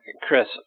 Chris